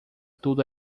tudo